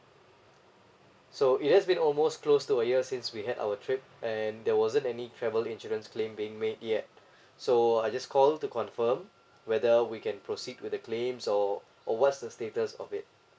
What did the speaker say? so it has been almost close to a year since we had our trip and there wasn't any travel insurance claim being made yet so I just call to confirm whether we can proceed with the claims or or what's the status of it